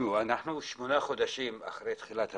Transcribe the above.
אנחנו שמונה חודשים אחרי תחילת המשבר.